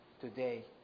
today